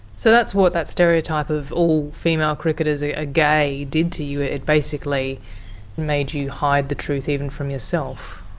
so that's what that stereotype of all female cricketers are ah gay did to you, it basically made you hide the truth even from yourself.